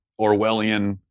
Orwellian